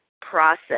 process